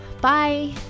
Bye